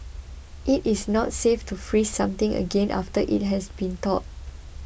it is not safe to freeze something again after it has been thawed